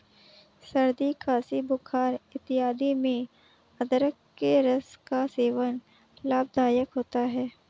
सर्दी खांसी बुखार इत्यादि में अदरक के रस का सेवन लाभदायक होता है